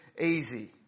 easy